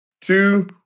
two